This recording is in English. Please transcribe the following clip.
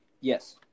Yes